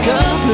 up